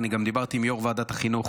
אני גם דיברתי עם יו"ר ועדת החינוך,